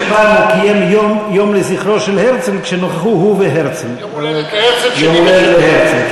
שפעם הוא קיים יום לזכרו של הרצל כשנכחו הוא והרצל.